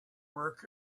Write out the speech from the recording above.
work